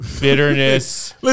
bitterness